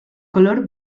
color